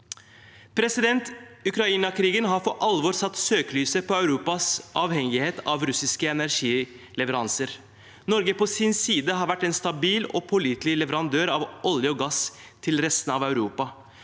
Krigen i Ukraina har for alvor satt søkelyset på Europas avhengighet av russiske energileveranser. Norge har på sin side vært en stabil og pålitelig leverandør av olje og gass til resten av Europa.